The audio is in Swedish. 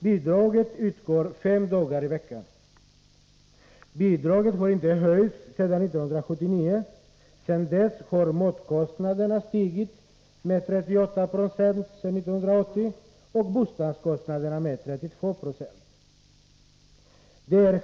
Bidraget utgår fem dagar i veckan, och det har inte höjts sedan 1979. Samtidigt har matkostnaderna stigit med 38 26 sedan 1980 och busstransportkostnaderna med 32 26.